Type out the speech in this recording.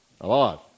alive